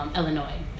Illinois